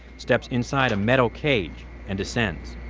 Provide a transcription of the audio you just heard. steps inside a metal cage and descends